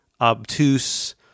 obtuse